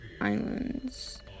Islands